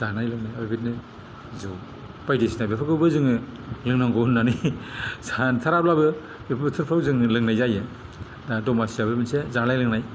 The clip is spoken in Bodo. जानाय लोंनाय आरो बिदिनो जौ बायदिसिना बेफोरखौबो जोङो लोंनांगौ होननानै सानथाराब्लाबो बेफोर बोथोरफ्राव जों लोंनाय जायो दा दमासियाबो मोनसे जानाय लोंनाय